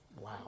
wow